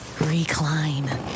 Recline